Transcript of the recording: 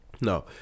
no